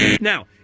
Now